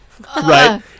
Right